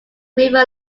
river